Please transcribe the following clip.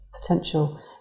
potential